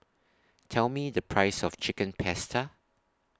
Tell Me The Price of Chicken Pasta